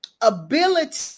ability